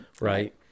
Right